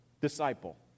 disciple